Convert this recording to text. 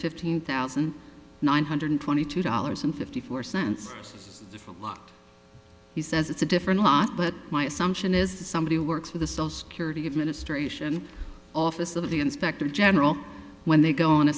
fifteen thousand nine hundred twenty two dollars and fifty four cents a lot he says it's a different lot but my assumption is that somebody who works for the sole security administration office of the inspector general when they go on a